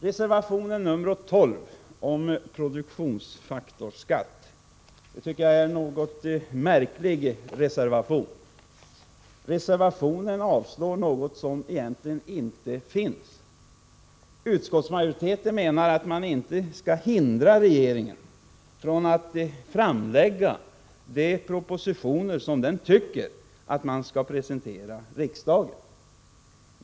Reservation nr 12 om produktionsfaktorsskatt tycker jag är en något märklig reservation. Reservationen avstyrker något som egentligen inte finns. Utskottsmajoriteten menar att man inte skall hindra regeringen från att framlägga de propositioner som den tycker att den skall presentera för riksdagen.